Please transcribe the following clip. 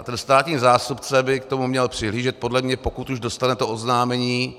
A ten státní zástupce by k tomu měl přihlížet podle mě, pokud už dostane to oznámení.